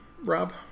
Rob